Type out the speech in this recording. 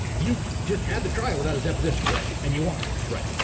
you just had the trial without his deposition. right. and you won. right.